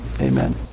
Amen